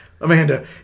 Amanda